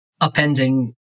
appending